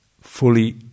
fully